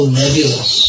nebulous